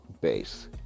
base